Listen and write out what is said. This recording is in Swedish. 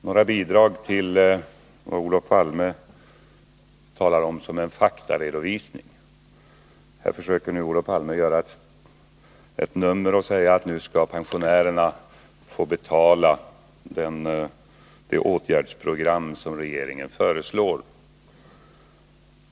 Herr talman! Några bidrag till vad Olof Palme talar om som en faktaredovisning! Här försöker nu Olof Palme göra ett nummer av att pensionärerna nu skulle få betala det åtgärdsprogram som regeringen föreslår.